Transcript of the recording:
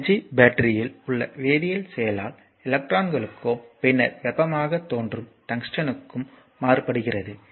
energy பேட்டரியில் உள்ள வேதியியல் செயலால் எலக்ட்ரான்களுக்கும் பின்னர் வெப்பமாகத் தோன்றும் டங்ஸ்டனுக்கும் மாற்றப்படுகிறது